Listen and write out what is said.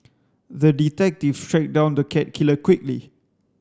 the detective tracked down the cat killer quickly